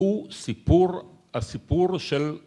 הוא סיפור, הסיפור של